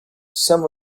some